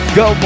go